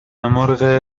مرغ